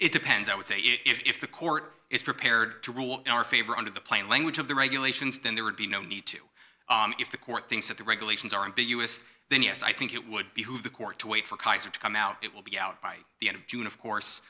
it depends i would say if the court is prepared to rule in our favor under the plain language of the regulations then there would be no need to if the court thinks that the regulations are ambiguous then yes i think it would behoove the court to wait for kaiser to come out it will be out by the end of june of course